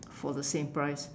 for the same price